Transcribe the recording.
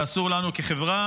שאסור לנו כחברה,